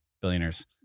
billionaires